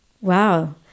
Wow